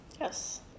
Yes